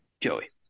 Joey